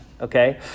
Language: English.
Okay